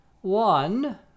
One